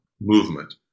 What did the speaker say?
movement